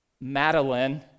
Madeline